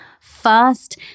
first